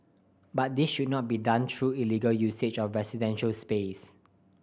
but this should not be done through illegal usage of residential space